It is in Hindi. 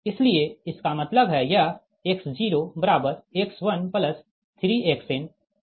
इसलिए इसका मतलब है यह X0X13Xn है